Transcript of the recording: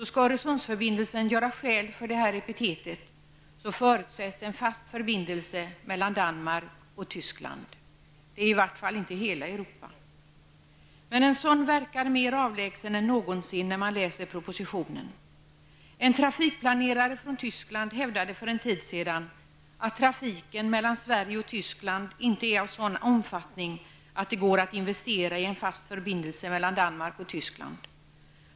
Skall Öresundsförbindelsen göra skäl för ett sådant epitet, då förutsätts en fast förbindelse mellan Danmark och Tyskland. Det är i vart fall inte hela Europa. Men en sådan förbindelse verkar mer avlägsen än någonsin när man läser propositionen. En trafikplanerare från Tyskland hävdade för en tid sedan att trafiken mellan Sverige och Tyskland inte är av sådan omfattning att det går att investera i en fast förbindelse mellan Danmark och Tyskland.